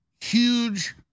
huge